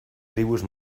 tribus